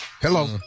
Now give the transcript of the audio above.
Hello